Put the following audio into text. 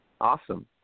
Awesome